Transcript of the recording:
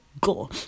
Go